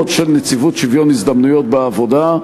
של נציבות שוויון ההזדמנויות בעבודה.